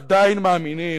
עדיין מאמינים.